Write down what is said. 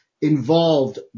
involved